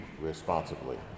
responsibly